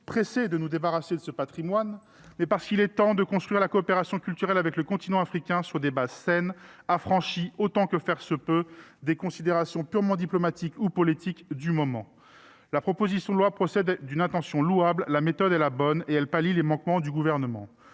pressés de nous débarrasser de ce patrimoine, mais parce qu'il est temps de construire la coopération culturelle avec le continent africain sur des bases saines, affranchies autant que faire se peut des considérations purement diplomatiques ou politiques du moment. La proposition de loi procède d'une intention louable, la méthode est la bonne et elle pallie les manquements du Gouvernement.